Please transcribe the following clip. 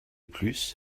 plus